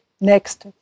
next